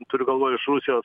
turiu galvoj iš rusijos